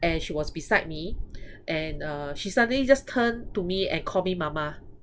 and she was beside me and uh she suddenly just turn to me and call me mama